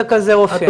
זה כזה אופי.